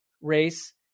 race